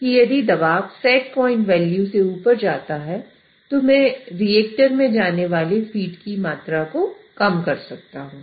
एक है outlet valve की मात्रा को कम कर सकता हूं